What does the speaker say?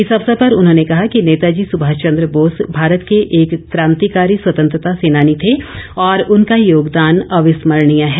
इस अवसर पर उन्होंने कहा कि नेताजी सुभाष चंद्र बोस भारत के एक क्रांतिकारी स्वतंत्रता सैनानी थे और उनका योगदान अविस्मरणीय है